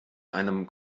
einem